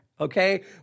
okay